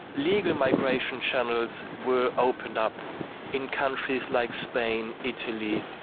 legal migration channels were opened up in countries like spain, italy,